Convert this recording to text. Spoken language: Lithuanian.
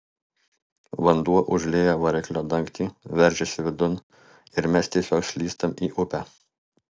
vanduo užlieja variklio dangtį veržiasi vidun ir mes tiesiog slystam į upę